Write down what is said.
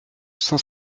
cent